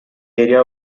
area